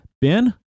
Ben